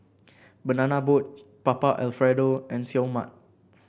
Banana Boat Papa Alfredo and Seoul Mart